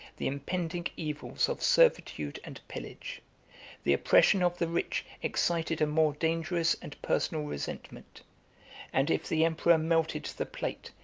the impending evils of servitude and pillage the oppression of the rich excited a more dangerous and personal resentment and if the emperor melted the plate,